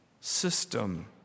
system